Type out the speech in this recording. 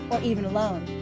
or even alone.